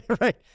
Right